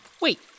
Wait